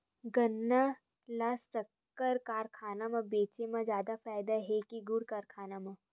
गन्ना ल शक्कर कारखाना म बेचे म जादा फ़ायदा हे के गुण कारखाना म?